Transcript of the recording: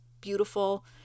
beautiful